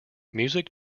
music